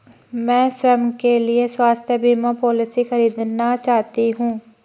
मैं स्वयं के लिए स्वास्थ्य बीमा पॉलिसी खरीदना चाहती हूं